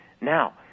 Now